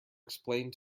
explained